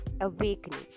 awakening